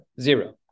Zero